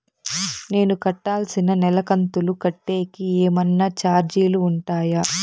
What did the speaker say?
నేను కట్టాల్సిన నెల కంతులు కట్టేకి ఏమన్నా చార్జీలు ఉంటాయా?